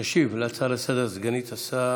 תשיב על ההצעה לסדר-היום סגנית השר